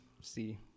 see